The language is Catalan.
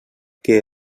que